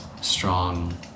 strong